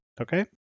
Okay